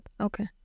Okay